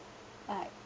like